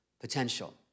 potential